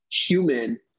human